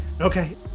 okay